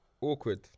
Awkward